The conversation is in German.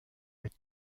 mit